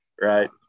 Right